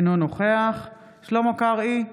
אינו נוכח שלמה קרעי,